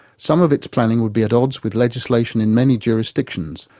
some of its planning would be at odds with legislation in many jurisdictions,